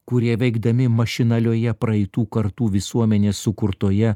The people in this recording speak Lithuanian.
kurie veikdami mašinalioje praeitų kartų visuomenės sukurtoje